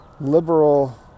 liberal